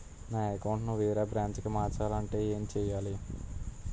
నా అకౌంట్ ను వేరే బ్రాంచ్ కి మార్చాలి అంటే ఎం చేయాలి?